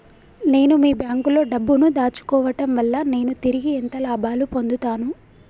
నేను మీ బ్యాంకులో డబ్బు ను దాచుకోవటం వల్ల నేను తిరిగి ఎంత లాభాలు పొందుతాను?